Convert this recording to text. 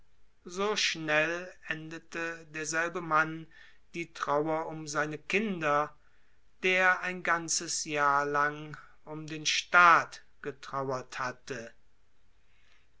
so schnell endete derselbe mann die trauer um seine kinder der ein jahr lang um den staat getrauert hatte